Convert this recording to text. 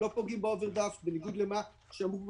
לא פוגעים באוברדרפט, בניגוד למה שאמרו בדיון.